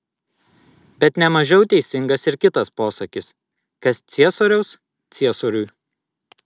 bet ne mažiau teisingas ir kitas posakis kas ciesoriaus ciesoriui